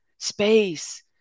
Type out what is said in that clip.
space